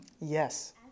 Yes